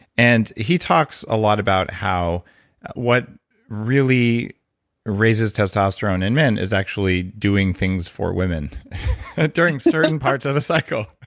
and he talks a lot about how what really raises testosterone in men is actually doing things for women during certain parts of the cycle.